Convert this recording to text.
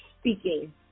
speaking